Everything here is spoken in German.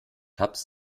tabs